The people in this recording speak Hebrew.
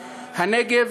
הנגב,